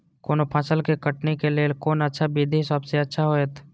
कोनो फसल के कटनी के लेल कोन अच्छा विधि सबसँ अच्छा होयत?